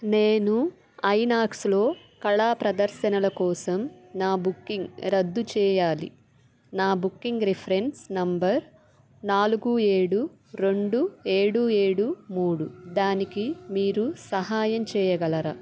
నేను ఐనాక్స్లో కళా ప్రదర్శనల కోసం నా బుకింగ్ రద్దు చెయ్యాలి నా బుకింగ్ రిఫరెన్స్ నంబర్ నాలుగు ఏడు రెండు ఏడు ఏడు మూడు దానికి మీరు సహాయం చెయ్యగలరా